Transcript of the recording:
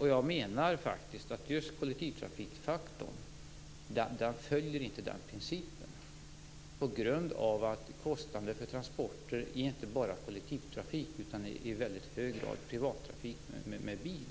Jag menar faktiskt att just kollektivtrafikfaktorn inte följer den principen på grund av att kostnader för transporter inte bara är kollektivtrafik utan i väldigt hög grad också privattrafik med bil.